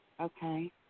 Okay